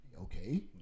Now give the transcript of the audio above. okay